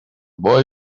boy